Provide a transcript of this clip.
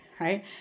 right